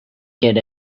get